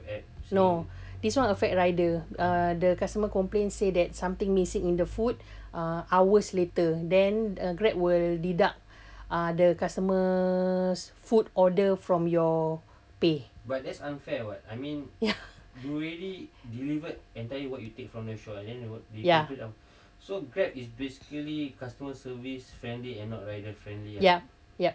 no this one effect rider uh the customer complain say that something missing in the food uh hours later then grab will deduct uh the customers food order from your pay ya ya ya ya